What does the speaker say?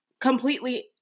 completely